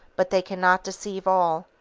but they cannot deceive all.